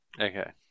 Okay